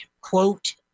quote